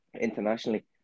internationally